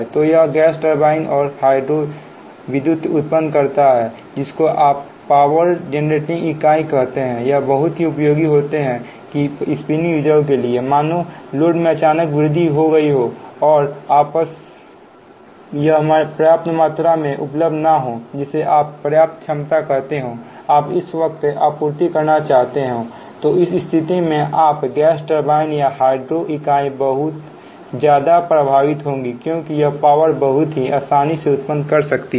तो यह gas turbine और हाइड्रोजन विद्युत उत्पन्न करता है जिसको आप पावर जेनरेटिंग इकाई कहते हैं यह बहुत ही उपयोगी होते हैं कि स्पिनिंग रिजर्व के लिए मानो लोड में अचानक से वृद्धि हो गई हो और आपके पास यह पर्याप्त मात्रा में उपलब्ध ना हो जिसे आप पर्याप्त क्षमता कहते हो आप उसी वक्त आपूर्ति करना चाहते हो तो इस स्थिति में आप की गैस टरबाइन या हाइड्रो इकाई बहुत ज्यादा प्रभावशाली होंगी क्योंकि यह पावर बहुत ही आसानी से उत्पन्न कर सकती है